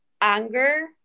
anger